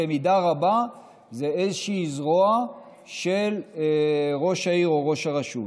במידה רבה זה איזושהי זרוע של ראש העיר או ראש הרשות,